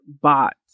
bot